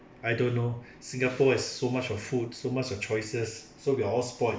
I don't know singapore has so much of food so much of choices so we are all spoiled